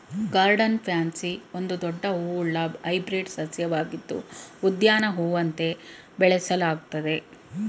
garden pansy ಒಂದು ದೊಡ್ಡ ಹೂವುಳ್ಳ ಹೈಬ್ರಿಡ್ ಸಸ್ಯವಾಗಿದ್ದು ಉದ್ಯಾನ ಹೂವಂತೆ ಬೆಳೆಸಲಾಗ್ತದೆ